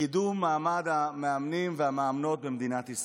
לקידום מעמד המאמנים והמאמנות במדינת ישראל.